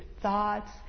thoughts